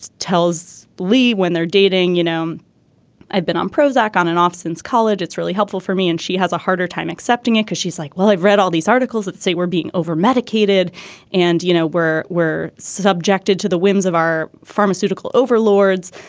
tells lee when they're dating you know i've been on prozac on and off since college it's really helpful for me and she has a harder time accepting it cause she's like well i've read all these articles that say we're being overmedicated and you know we're we're subjected to the whims of our pharmaceutical overlords.